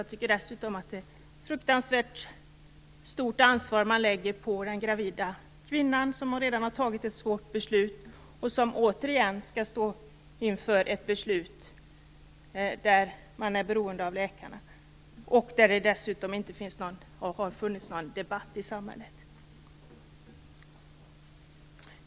Det är dessutom ett fruktansvärt stort ansvar som läggs på den gravida kvinnan, som redan har fattat ett svårt beslut och som återigen skall stå inför ett beslut där hon är beroende av läkarna. Dessutom har det inte varit någon samhällsdebatt i frågan.